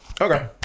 Okay